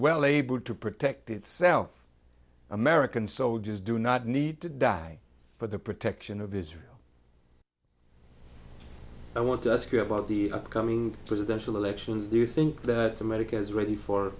well able to protect itself american soldiers do not need to die for the protection of israel i want to ask you about the upcoming presidential elections do you think the america is ready for